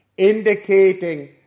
indicating